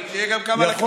מציע שימנו עוד שלושה שרים.